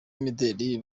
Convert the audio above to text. b’imideli